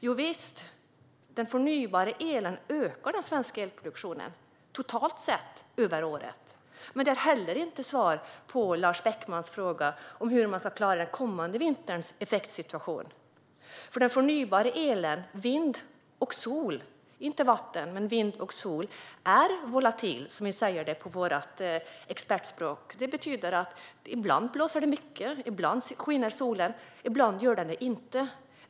Jovisst, den förnybara elen ökar den svenska elproduktionen totalt sett över året. Men det är heller inte svar på Lars Beckmans fråga om hur man ska klara den kommande vinterns effektsituation. Den förnybara elen i form av vind och sol - inte vatten - är volatil, som vi säger på expertspråk. Det betyder att ibland blåser det mycket, ibland skiner solen och ibland gör den det inte.